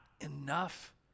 enough